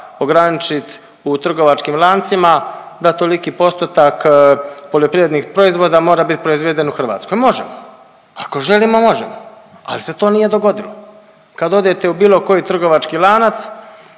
ograničit u trgovačkim lancima da toliki postotak poljoprivrednih proizvoda mora bit proizveden u Hrvatskoj. Možemo, ako želimo možemo. Ali se to nije dogodilo. Kad odete u bilo koji trgovački lanac,